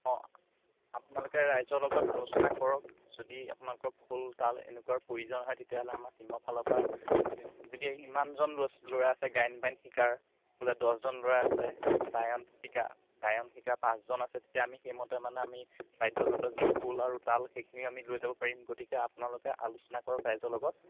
অঁ আপোনালোকে ৰাইজ লগত আলোচনা কৰক যদি আপোনালোকক খোল তাল এনেকুৱাৰ প্ৰয়োজন হয় তেতিয়াহ'লে আমাৰ টিমৰফালৰপৰা যদি ইমানজন ল'ৰা ল'ৰা আছে গায়ন বায়ন শিকাৰ বোলে দহজন ল'ৰা আছে বায়ন শিকা গায়ন শিকা পাঁচজন আছে তেতিয়া আমি সেইমতে মানে আমি বাদ্য যন্ত্ৰ যি খোল আৰু তাল সেইখিনিও আমি লৈ যাব পাৰিম গতিকে আপোনালোকে আলোচনা কৰক ৰাইজৰ লগত